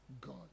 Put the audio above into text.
God